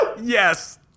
Yes